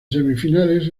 semifinales